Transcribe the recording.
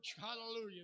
Hallelujah